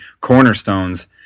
cornerstones